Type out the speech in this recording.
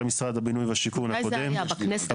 משרד הבינוי והשיכון הקודם אביעד פרידמן.